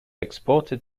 exported